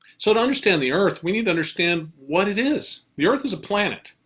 so to understand the earth, we need to understand what it is. the earth is a planet.